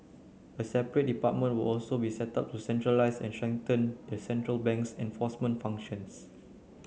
a separate department will also be set up to centralise and strengthen the central bank's enforcement functions